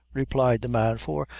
replied the man for,